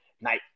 night